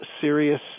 serious